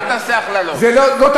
לא, אל תעשה הכללות.